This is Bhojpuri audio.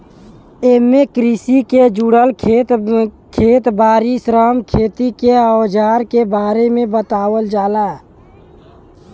एमे कृषि के जुड़ल खेत बारी, श्रम, खेती के अवजार के बारे में बतावल जाला